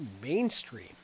mainstream